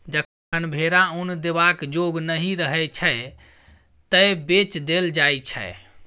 जखन भेरा उन देबाक जोग नहि रहय छै तए बेच देल जाइ छै